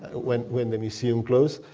ah when when the museum closed.